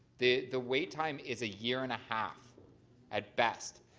the the wait time is a year and a half at best.